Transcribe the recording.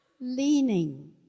leaning